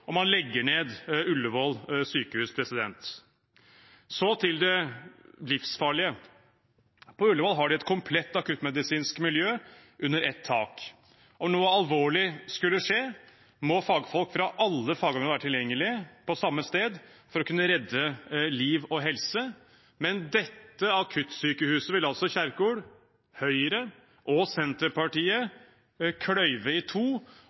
man legger ned Ullevål sykehus. Så til det livsfarlige: På Ullevål har de et komplett akuttmedisinsk miljø under ett tak. Om noe alvorlig skulle skje, må fagfolk fra alle fagområder være tilgjengelig på samme sted for å kunne redde liv og helse, men dette akuttsykehuset vil altså Kjerkol, Høyre og Senterpartiet kløyve i to